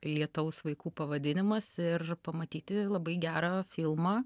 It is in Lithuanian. lietaus vaikų pavadinimas ir pamatyti labai gerą filmą